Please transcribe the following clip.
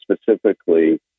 specifically